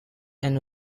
and